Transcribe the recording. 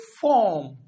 form